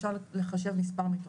אפשר לחשב מספר מיטות,